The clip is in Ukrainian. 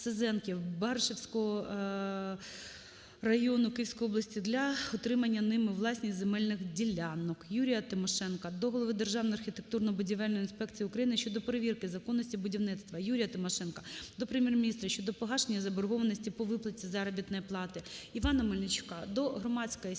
Баришівського району Київської області для отримання ними у власність земельних ділянок. Юрія Тимошенка до голови Державної архітектурно-будівельної інспекції України щодо перевірки законності будівництва. Юрія Тимошенка до Прем'єр-міністра щодо погашення заборгованості по виплаті заробітної плати. Івана Мельничука до Громадської сільської